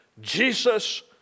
Jesus